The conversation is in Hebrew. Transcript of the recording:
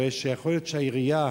הרי שיכול להיות שהעירייה,